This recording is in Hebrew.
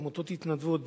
עמותות התנדבות,